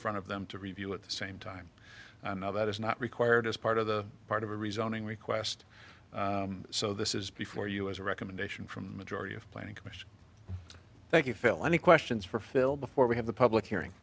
front of them to review at the same time now that is not required as part of the part of a resigning request so this is before us a recommendation from the majority of planning commission thank you phil any questions for phil before we have the public hearing